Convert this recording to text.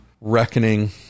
reckoning